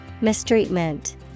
Mistreatment